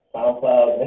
SoundCloud